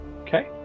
Okay